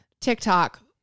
TikTok